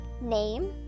name